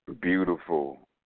Beautiful